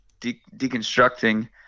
deconstructing